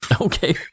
okay